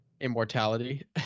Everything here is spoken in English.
Immortality